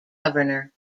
governor